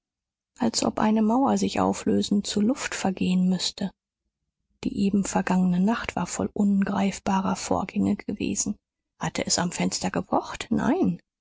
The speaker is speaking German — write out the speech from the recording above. als ob eine mauer sich auflösen zu luft vergehen müßte die eben vergangene nacht war voll ungreifbarer vorgänge gewesen hatte es am fenster gepocht nein